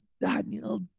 Daniel